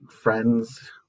friends